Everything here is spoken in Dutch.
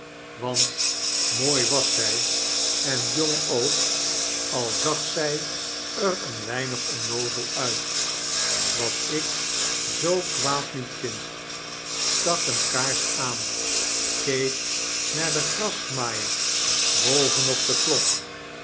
want mood was zij en jong ook al zag zij er een wednig onnoozel uit wat ik zoo kwaad niet vind stak eene kaars aan keek naar den grasmaaier bovenop de klak